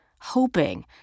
hoping